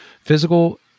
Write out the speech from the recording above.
Physical